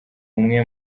umwe